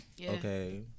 okay